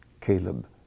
Caleb